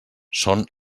són